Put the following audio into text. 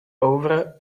over